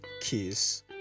kiss